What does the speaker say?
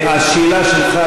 השאלה שלך,